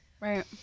Right